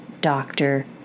doctor